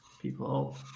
people